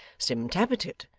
sim tappertit,